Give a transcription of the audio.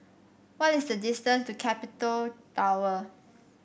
what is the distance to Capital Tower